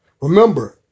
Remember